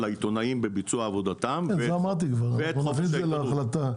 העיתונאים בביצוע עבודתם וחופש העיתונות.